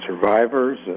survivors